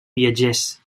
viatgers